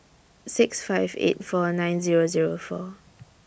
six five eight four nine Zero Zero four